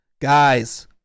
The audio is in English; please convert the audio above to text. guys